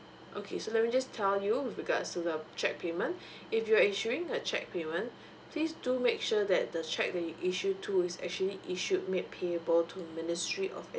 okay so let me just tell you with regards to the cheque payment if you're issuing a cheque payment please to make sure that the cheque that you issue to is actually issued made payable to ministry of education